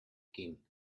king